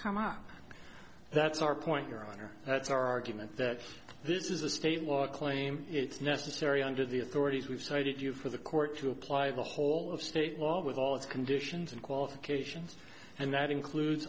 come out that's our point your honor that's our argument that this is a state law claim it's necessary under the authorities we've cited you for the court to apply the whole of state law with all its conditions and qualifications and that includes